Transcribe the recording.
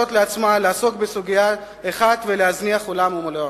לעצמה לעסוק בסוגיה אחת ולהזניח עולם ומלואו.